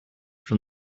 from